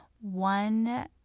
one